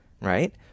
right